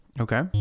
Okay